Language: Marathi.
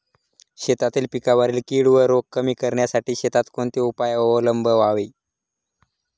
शेतातील पिकांवरील कीड व रोग कमी करण्यासाठी शेतात कोणते उपाय अवलंबावे?